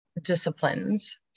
disciplines